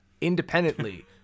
independently